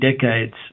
decades